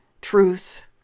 truth